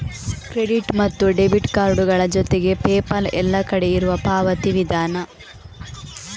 credit ಮತ್ತು debit ಕಾರ್ಡುಗಳ ಜೊತೆಗೆ ಪೇಪಾಲ್ ಎಲ್ಲ ಕಡೆ ಇರುವ ಪಾವತಿ ವಿಧಾನ